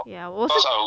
yeah 我是